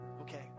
Okay